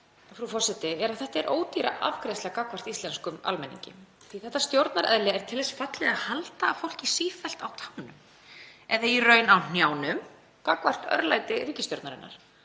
vinnulag er að þetta er ódýr afgreiðsla gagnvart íslenskum almenningi því að þetta stjórnareðli er til þess fallið að halda fólki sífellt á tánum eða í raun á hnjánum gagnvart örlæti ríkisstjórnarinnar.